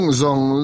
zong